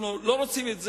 אנחנו לא רוצים את זה,